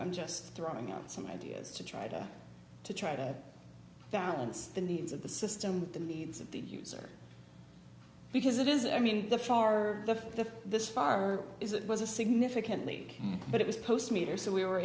i'm just throwing out some ideas to try to to try to balance the needs of the system with the needs of the user because it is i mean the far left the this far is it was a significantly but it was post meter so we were